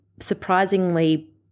surprisingly